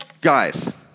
Guys